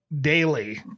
daily